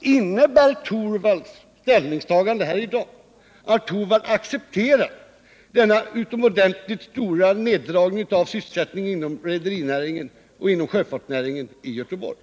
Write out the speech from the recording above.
Innebär Rune Torwalds ställningstagande i dag att han accepterar denna utomordentligt stora neddragning av sysselsättningen inom rederinäringen och sjöfartsnäringen i Göteborg?